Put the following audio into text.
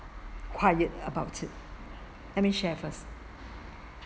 quiet about it any to share with us